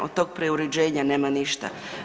Od tog preuređenja nema ništa.